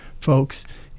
folks